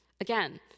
Again